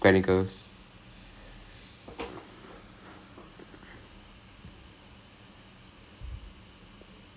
ya so gleneagles was the last stop I made and oh god oh the last two and a half months was horrible